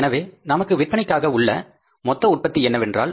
எனவே நமக்கு விற்பனைக்காக உள்ள மொத்த உற்பத்தி என்னவென்றால்